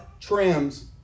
trims